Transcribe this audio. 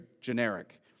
generic